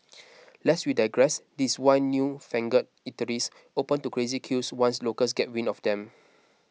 lest we digress this why newfangled eateries open to crazy queues once locals get wind of them